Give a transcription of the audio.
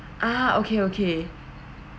ah okay okay